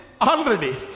already